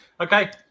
Okay